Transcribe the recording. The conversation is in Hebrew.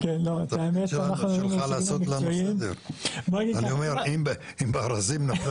וזה למעשה יכול לאפשר לנו באותן תב"עות מאושרות שימו לב לתנאי